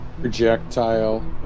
Projectile